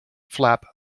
flap